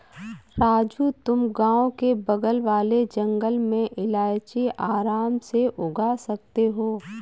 राजू तुम गांव के बगल वाले जंगल में इलायची आराम से उगा सकते हो